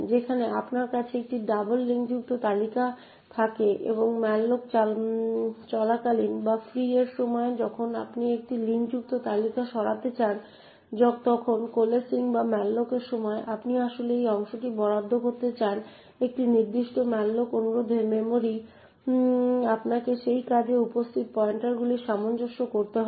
যেখানে আপনার কাছে একটি ডবল লিঙ্কযুক্ত তালিকা থাকে এবং malloc চলাকালীন বা ফ্রি এর সময় যখন আপনি একটি লিঙ্কযুক্ত তালিকা সরাতে চান তখন coalescing বা malloc সময় আপনি আসলে এই অংশটি বরাদ্দ করতে চান একটি নির্দিষ্ট malloc অনুরোধে মেমরি আপনাকে এই কাজে উপস্থিত পয়েন্টারগুলি সামঞ্জস্য করতে হবে